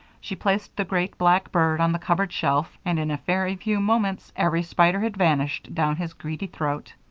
she placed the great, black bird on the cupboard shelf and in a very few moments every spider had vanished down his greedy throat.